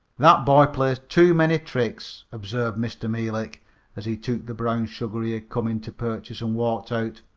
that boy plays too many tricks, observed mr. meelik as he took the brown sugar he had come in to purchase and walked out.